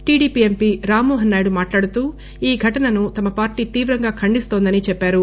TDP MP Rammohan Naidu మాట్లాడుతూ ఈ ఘటనను తమ పార్టీ తీవ్రంగా ఖండిస్తోందని చెప్పారు